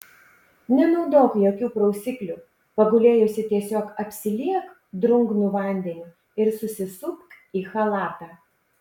nenaudok jokių prausiklių pagulėjusi tiesiog apsiliek drungnu vandeniu ir susisupk į chalatą